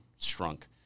shrunk